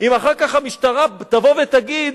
אם אחר כך המשטרה תבוא ותגיד